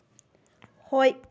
ꯍꯣꯏ